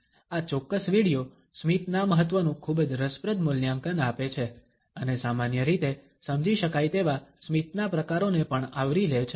આ ચોક્કસ વિડિઓ સ્મિતના મહત્વનું ખૂબ જ રસપ્રદ મૂલ્યાંકન આપે છે અને સામાન્ય રીતે સમજી શકાય તેવા સ્મિતના પ્રકારોને પણ આવરી લે છે